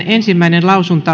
ensimmäinen